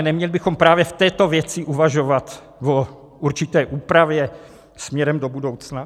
Neměli bychom právě v této věci uvažovat o určité úpravě směrem do budoucna?